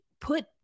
put